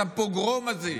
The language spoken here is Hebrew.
את הפוגרום הזה,